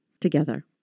together